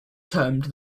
termed